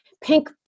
pink